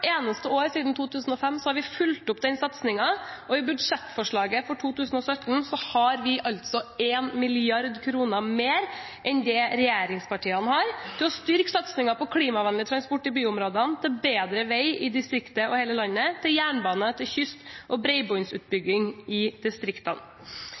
eneste år siden 2005 har vi fulgt opp den satsingen, og i budsjettforslaget for 2017 har vi 1 mrd. kr mer enn det regjeringspartiene har, til å styrke satsingen på klimavennlig transport i byområdene, til bedre vei i distriktene og i hele landet, til jernbane, til kyst og